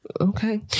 Okay